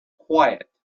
quiet